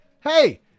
hey